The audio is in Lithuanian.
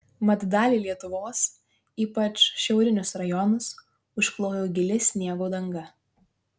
mat dalį lietuvos ypač šiaurinius rajonus užklojo gili sniego danga